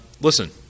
Listen